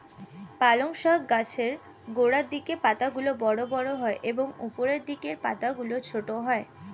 পালং শাক গাছের গোড়ার দিকের পাতাগুলো বড় বড় হয় এবং উপরের দিকের পাতাগুলো ছোট হয়